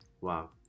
Wow